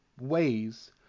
ways